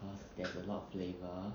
cause there's a lot of flavour